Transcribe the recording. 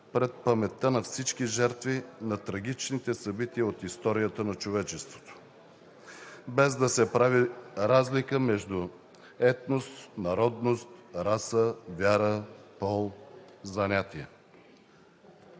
пред паметта на всички жертви на трагичните събития от историята на човечеството, без да се прави разлика между етнос, народност, раса, вяра, пол, занятие.